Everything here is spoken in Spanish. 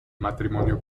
matrimonio